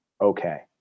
okay